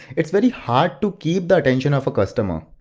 it's very hard to keep the attention of a customer,